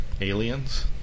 Aliens